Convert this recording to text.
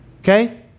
Okay